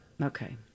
Okay